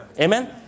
Amen